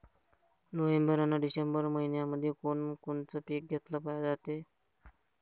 November अन December मइन्यामंधी कोण कोनचं पीक घेतलं जाते?